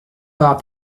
pas